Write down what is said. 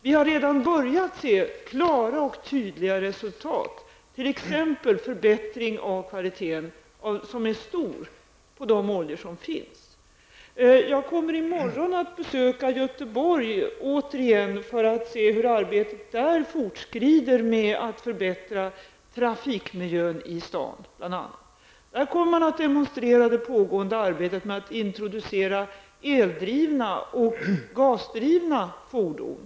Vi har redan börjat se klara och tydliga resultat, t.ex. en förbättring av kvalitén, som redan är stor, på de oljor som finns. I morgon skall jag återigen besöka Göteborg för att se hur arbetet där fortskrider med att förbättra trafikmiljön i staden. Det kommer att vara en demonstration av det pågående arbetet med att introducera eldrivna och gasdrivna fordon.